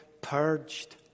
purged